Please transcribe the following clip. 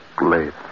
late